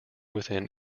within